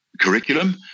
curriculum